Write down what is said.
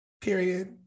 Period